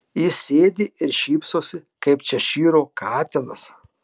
jis sėdi ir šypsosi kaip češyro katinas